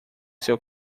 seu